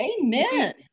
amen